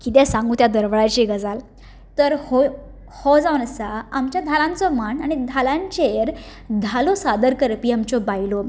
कितें सांगू त्या दरवळाची गजाल तर हो हो जावन आसा आमच्या धालांचो मांड आनी धालांच्या मांडाचेर धालो सादर करपी आमच्यो बायलो